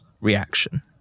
reaction